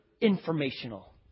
informational